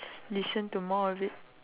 listen to more of it